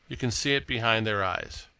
you can see it behind their eyes.